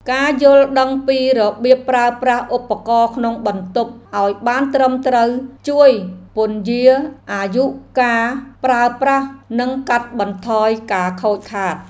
ការយល់ដឹងពីរបៀបប្រើប្រាស់ឧបករណ៍ក្នុងបន្ទប់ឱ្យបានត្រឹមត្រូវជួយពន្យារអាយុកាលប្រើប្រាស់និងកាត់បន្ថយការខូចខាត។